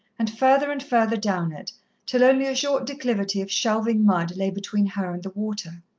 and further and further down it till only a short declivity of shelving mud lay between her and the water.